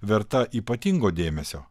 verta ypatingo dėmesio